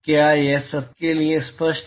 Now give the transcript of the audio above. क्या यह सबके लिए स्पष्ट है